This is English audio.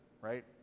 right